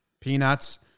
peanuts